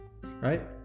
right